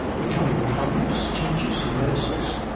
becoming plumbers, teachers and nurses